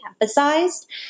emphasized